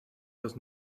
does